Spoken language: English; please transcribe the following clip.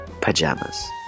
Pajamas